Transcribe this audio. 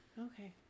okay